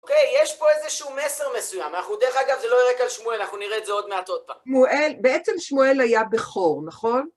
אוקיי, יש פה איזשהו מסר מסוים, אנחנו, דרך אגב, זה לא יהיה רק על שמואל, אנחנו נראה את זה עוד מעט עוד פעם. שמואל, בעצם שמואל היה בכור, נכון?